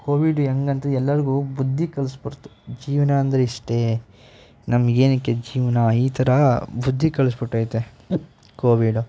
Covid ಹೆಂಗೆ ಅಂತ ಎಲ್ಲರಿಗೂ ಬುದ್ಧಿ ಕಲಿಸ್ಬಿಡ್ತು ಜೀವನ ಅಂದ್ರೆ ಇಷ್ಟೇ ನಮ್ಗೆ ಏತಕ್ಕೆ ಜೀವನ ಈ ಥರ ಬುದ್ಧಿ ಕಲಿಸ್ಬಿಟ್ಟೈತೆ ಕೋವಿಡು